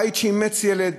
בית שאימץ ילד,